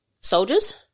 soldiers